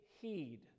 heed